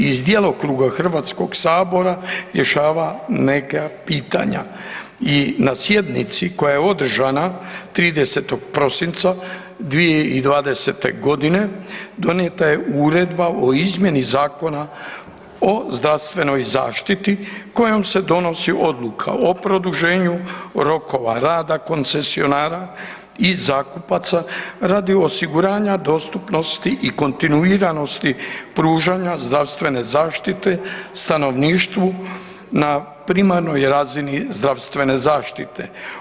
iz djelokruga Hrvatskog sabora rješava neka pitanja i na sjednici koja je održana 30. prosinca 2020. g. donijeta je uredba o izmjeni Zakona o zdravstvenoj zaštiti kojom se donosi odluka o produženju rokova rada koncesionara i zakupaca radi osiguranja dostupnosti i kontinuiranosti pružanja zdravstvene zaštite stanovništvu na primarnoj razini zdravstvene zaštite.